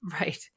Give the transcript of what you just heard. Right